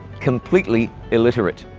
completely illiterate.